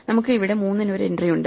നമുക്ക് ഇവിടെ 3 ന് ഒരു എൻട്രി ഉണ്ട്